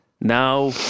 now